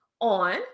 on